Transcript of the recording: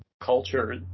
culture